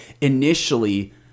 initially